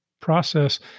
process